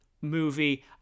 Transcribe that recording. movie